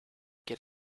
get